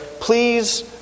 please